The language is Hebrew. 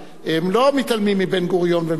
הם לא מתעלמים מבן-גוריון ומבגין.